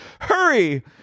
Hurry